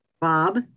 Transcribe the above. Bob